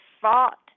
fought